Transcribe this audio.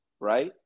right